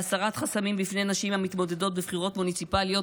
להסרת חסמים בפני נשים המתמודדות בבחירות מוניציפליות,